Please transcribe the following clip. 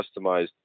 customized